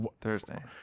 Thursday